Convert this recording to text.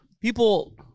people